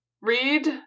read